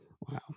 wow